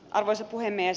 arvoisa puhemies